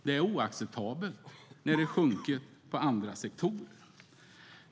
Det är oacceptabelt när de sjunker i andra sektorer.